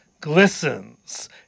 glistens